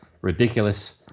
ridiculous